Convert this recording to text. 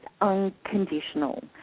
unconditional